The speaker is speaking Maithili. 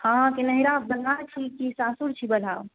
अहाँके नैहरा छी बलहा छी की सासुर छी बलहा